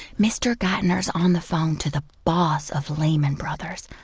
mr. geithner's on the phone to the boss of lehmann brothers.